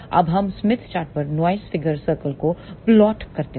अब हम Smith chart पर नॉइस फिगर सर्कल को प्लॉट करते हैं